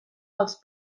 als